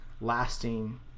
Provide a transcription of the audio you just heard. lasting